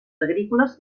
agrícoles